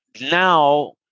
Now